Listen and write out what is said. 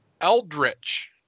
Eldritch